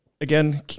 Again